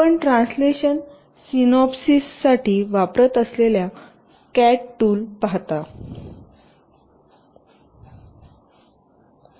आपण translation synopsis साठी वापरत असलेल्या कॅट टूल पाहता संदर्भ वेळ